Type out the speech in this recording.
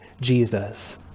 Jesus